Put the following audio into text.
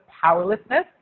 powerlessness